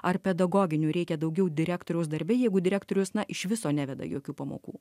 ar pedagoginių reikia daugiau direktoriaus darbe jeigu direktorius na iš viso neveda jokių pamokų